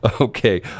Okay